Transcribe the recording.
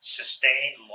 sustained